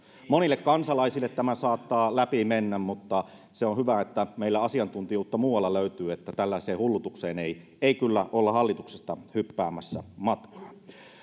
monille kansalaisille tämä saattaa läpi mennä mutta se on hyvä että meillä asiantuntijuutta muualla löytyy että tällaiseen hullutukseen ei ei kyllä olla hallituksesta hyppäämässä matkaan